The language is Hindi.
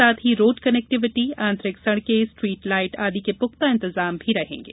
साथ ही रोड कनेक्टिविटी आंतरिक सड़कें स्ट्रीट लाइट आदि के पुख्ता इंतजाम भी रहेंगे